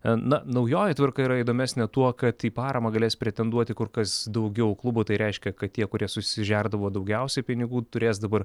na naujoji tvarka yra įdomesnė tuo kad į paramą galės pretenduoti kur kas daugiau klubų tai reiškia kad tie kurie susižerdavo daugiausiai pinigų turės dabar